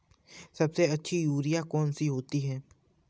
सबसे अच्छी यूरिया कौन सी होती है?